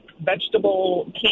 vegetable –